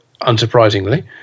unsurprisingly